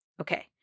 Okay